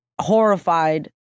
horrified